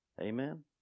Amen